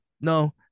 no